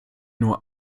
nur